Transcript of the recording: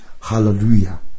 Hallelujah